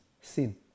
Sin